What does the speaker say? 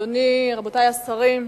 רבותי השרים,